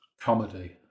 comedy